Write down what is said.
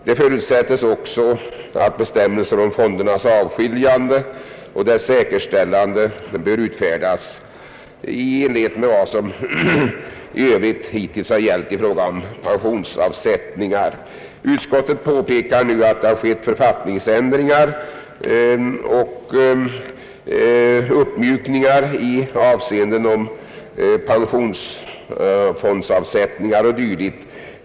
Det förutsättes också att bestämmelser om fondernas avskiljande och deras säkerställande bör utfärdas i enlighet med vad som i övrigt hittills har gällt i fråga om pensionsavsättningar. Utskottet påpekar nu att det skett författningsändringar och uppmjukningar beträffande pensionsfondsavsättningar och dylikt.